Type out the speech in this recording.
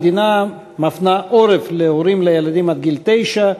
המדינה מפנה עורף להורים לילדים עד גיל תשע,